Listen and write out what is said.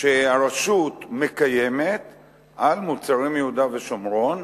שהרשות מקיימת על מוצרים מיהודה ושומרון.